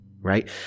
Right